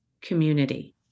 community